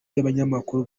ibinyamakuru